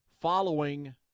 following